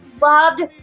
loved